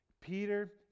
Peter